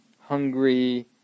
hungry